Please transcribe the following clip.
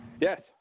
Yes